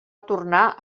tornar